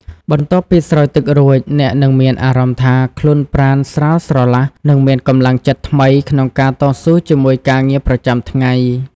បន្ទាប់ពីស្រោចទឹករួច អ្នកនឹងមានអារម្មណ៍ថាខ្លួនប្រាណស្រាលស្រឡះ និងមានកម្លាំងចិត្តថ្មីក្នុងការតស៊ូជាមួយការងារប្រចាំថ្ងៃ។